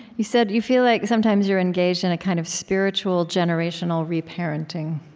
you said you feel like, sometimes, you're engaged in a kind of spiritual, generational re-parenting,